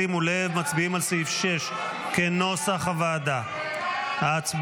שימו לב, מצביעים על סעיף 6 כנוסח הוועדה, הצבעה.